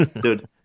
Dude